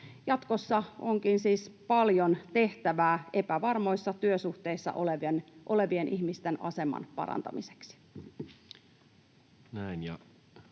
Jatkossa onkin siis paljon tehtävää epävarmoissa työsuhteissa olevien ihmisten aseman parantamiseksi.